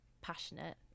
passionate